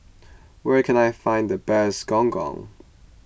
where can I find the best Gong Gong